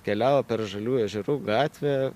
keliavo per žaliųjų ežerų gatvę